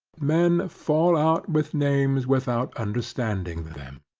men fall out with names without understanding them.